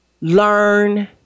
learn